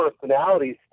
personalities